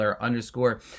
underscore